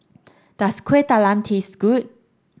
does Kueh Talam taste good